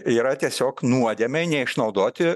yra tiesiog nuodėmė neišnaudoti